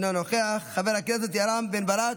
אינו נוכח, חבר הכנסת רם בן ברק,